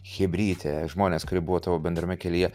chebrytė žmonės kurie buvo tavo bendrame kelyje